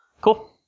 Cool